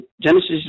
Genesis